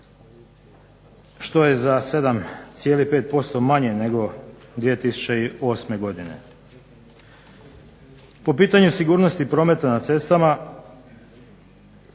što je za 7,5% manje nego 2008. godine. Po pitanju sigurnosti prometa na cestama